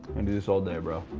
can do this all day, but